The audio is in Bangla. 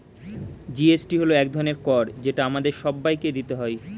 জি.এস.টি হল এক ধরনের কর যেটা আমাদের সবাইকে দিতে হয়